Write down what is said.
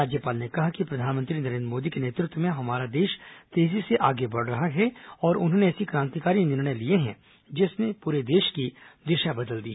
राज्यपाल ने कहा कि प्रधानमंत्री नरेन्द्र मोदी के नेतृत्व में हमारा देश तेजी से आगे बढ़ रहा है और उन्होंने ऐसे क्रांतिकारी निर्णय लिए जिसने पूरे देश की दिशा बदल दी